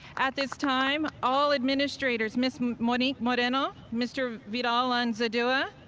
at this time, all administrators, ms. monique moreno, mr. vidal lanza dua,